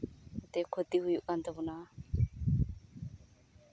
ᱚᱱᱟᱛᱮ ᱠᱷᱚᱛᱤ ᱦᱩᱭᱩᱜ ᱠᱟᱱ ᱛᱟᱵᱚᱱᱟ